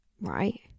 Right